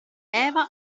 eva